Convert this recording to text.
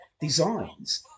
designs